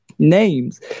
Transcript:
names